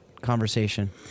conversation